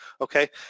okay